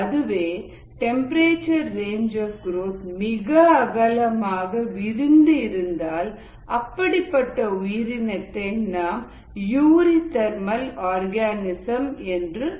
அதுவே temperature range of growth மிக அகலமாக விரிந்து இருந்தால் அப்படிப்பட்ட உயிரினத்தை நாம் யூரி தெர்மல் ஆர்கநிசம் என்று கூறுவோம்